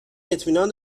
اطمینان